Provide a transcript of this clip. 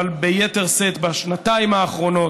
אבל ביתר שאת בשנתיים האחרונות,